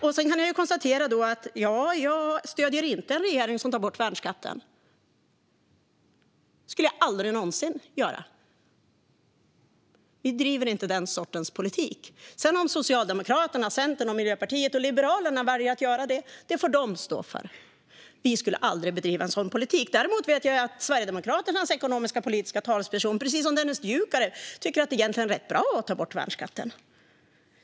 Jag kan konstatera att jag inte stöder en regering som tar bort värnskatten; det skulle jag aldrig någonsin göra. Vi driver inte den sortens politik. Om sedan Socialdemokraterna, Centern, Miljöpartiet och Liberalerna väljer att göra detta får de stå för det - vi skulle aldrig bedriva en sådan politik. Däremot vet jag att Sverigedemokraternas ekonomisk-politiska talesperson, precis som Dennis Dioukarev, tycker att det egentligen är rätt bra att ta bort värnskatten.